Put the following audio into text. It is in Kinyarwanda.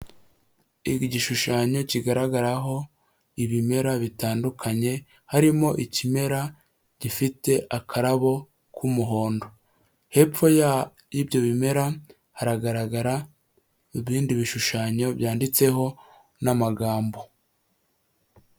Igishushanyo kigaragaraho ibimera bitandukanye harimo ikimera gifite akarabo k'umuhondo. Hepfo y'ibyo bimera haragaragara ibindi bishushanyo byanditseho n'amagambo.